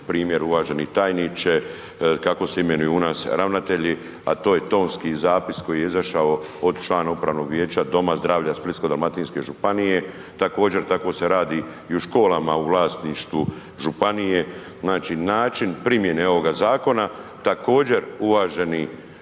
primjer, uvaženi tajniče, kako se imenuju u nas ravnatelji, a to je tonski zapis koji je izašao od člana upravnog vijeća Doma zdravlja Splitsko-dalmatinske županije. Također, tako se radi i u školama u vlasništvu županije, znači, način primjene ovoga zakona također uvaženi